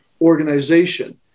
organization